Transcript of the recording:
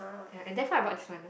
ya and therefore I bought this one